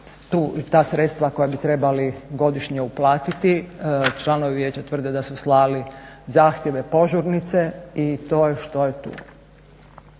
ta sredstva koja bi trebali godišnje uplatiti. Članovi Vijeća tvrde da su slali zahtjeve, požurnice i to je što je tu.